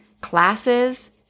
classes